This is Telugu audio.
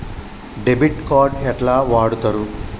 డెబిట్ కార్డు ఎట్లా వాడుతరు?